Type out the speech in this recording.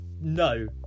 no